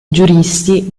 giuristi